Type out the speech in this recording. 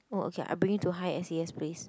oh okay I bring you to high s_e_s place